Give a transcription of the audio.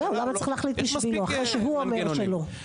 עזוב, למה צריך להחליט בשבילו אחרי שהוא אומר שלא?